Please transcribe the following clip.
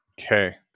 Okay